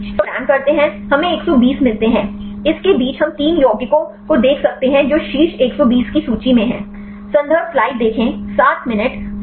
क्योंकि हम 22 मिलियन से रैंक करते हैं हमें 120 मिलते हैं इसके बीच हम तीन यौगिकों को देख सकते हैं जो शीर्ष 120 की सूची में हैं